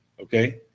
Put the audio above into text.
okay